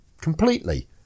completely